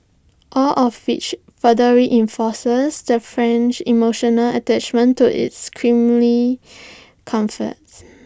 all of which further reinforces the French emotional attachment to its creamy comforts